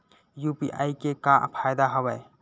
UPI के का फ़ायदा हवय?